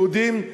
יהודים,